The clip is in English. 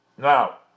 Now